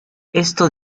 esto